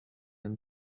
and